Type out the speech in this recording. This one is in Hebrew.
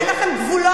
אין לכם גבולות,